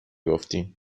گفتی